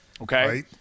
okay